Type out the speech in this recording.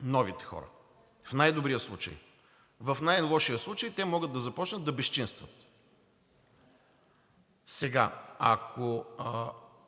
новите хора, в най-добрия случай. В най-лошия случай те могат да започнат да безчинстват. Сега, ако